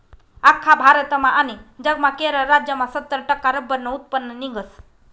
आख्खा भारतमा आनी जगमा केरळ राज्यमा सत्तर टक्का रब्बरनं उत्पन्न निंघस